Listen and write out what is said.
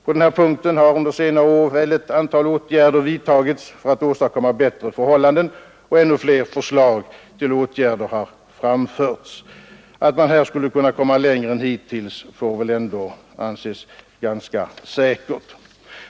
På den punkten har under senare år ett antal åtgärder vidtagits för att åstadkomma bättre förhållanden, och ännu fler förslag till åtgärder har framförts. Att man här skulle kunna komma längre än hittills får väl ändå anses ganska säkert.